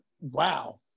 wow